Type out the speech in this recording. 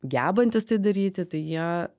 gebantys tai daryti tai jie